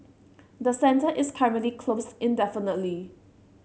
the centre is currently closed indefinitely